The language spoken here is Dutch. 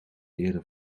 eerder